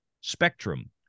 Spectrum